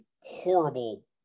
horrible